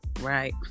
right